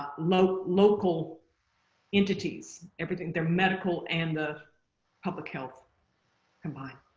local local entities everything their medical and the public health combined.